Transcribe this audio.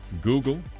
Google